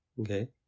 Okay